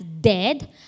dead